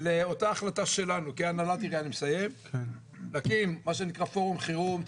לאותה החלטה שלנו כהנהלת עירייה להקים פורום חירום,